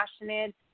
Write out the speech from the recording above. passionate